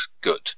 good